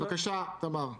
בבקשה, תמר.